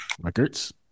records